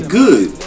good